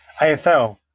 afl